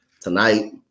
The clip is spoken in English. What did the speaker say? Tonight